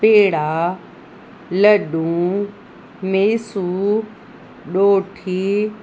पेड़ा लॾूं मेसू ॾोठी